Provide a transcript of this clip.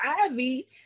Ivy